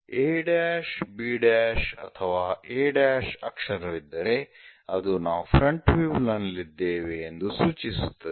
a b' ಅಥವಾ a' ಅಕ್ಷರವಿದ್ದರೆ ಅದು ನಾವು ಫ್ರಂಟ್ ವ್ಯೂ ನಲ್ಲಿದ್ದೇವೆ ಎಂದು ಸೂಚಿಸುತ್ತದೆ